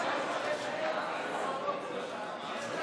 יש ערים מעורבות למשל שיש,